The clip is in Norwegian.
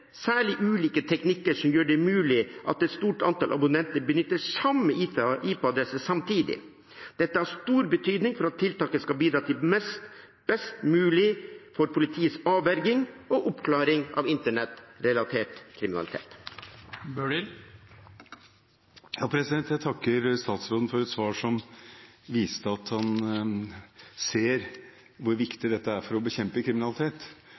særlig ulike teknikker som gjør det mulig at et stort antall abonnenter benytter samme IP-adresse samtidig. Dette har stor betydning for at tiltaket skal bidra best mulig til politiets avverging og oppklaring av internettrelatert kriminalitet. Jeg takker statsråden for et svar som viste at han ser hvor viktig dette er for å bekjempe kriminalitet.